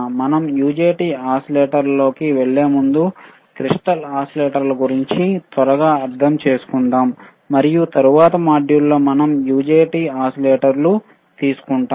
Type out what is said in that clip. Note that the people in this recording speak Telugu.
మనం యుజెటి ఓసిలేటర్లు లోకి వెళ్ళే ముందు క్రిస్టల్ ఓసిలేటర్ల గురించి త్వరగా అర్థం చేసుకుందాం మరియు తరువాత మాడ్యూల్లో మనం యుజెటి ఓసిలేటర్లు తీసుకుంటాము